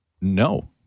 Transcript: No